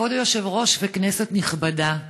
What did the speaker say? כבוד היושב-ראש וכנסת נכבדה,